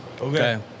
Okay